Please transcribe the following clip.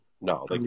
No